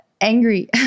angry